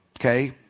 Okay